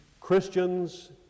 Christians